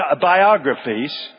biographies